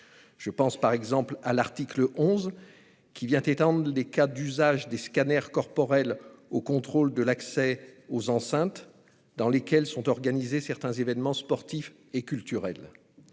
Je pense par exemple à l'article 11, qui étend l'usage des scanners corporels au contrôle de l'accès aux enceintes dans lesquelles sont organisés certains événements sportifs et culturels.